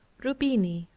rubini,